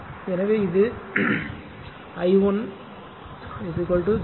எனவே இது ஒன்று I1 0